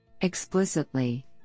Explicitly